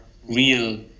real